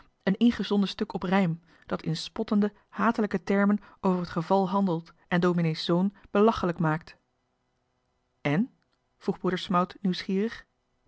een ingezonden stuk op rijm dat in spottende hatelijke termen over het geval handelt en dominee's zoon belachelijk maakt en vroeg broeder smout nieuwsgierig